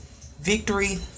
victory